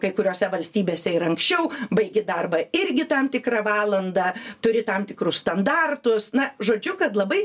kai kuriose valstybėse ir anksčiau baigi darbą irgi tam tikrą valandą turi tam tikrus standartus na žodžiu kad labai